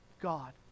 God